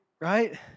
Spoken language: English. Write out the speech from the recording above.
right